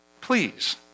Please